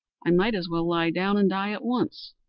i might as well lie down and die at once.